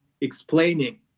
explaining